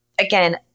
Again